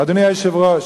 אדוני היושב-ראש,